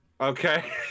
Okay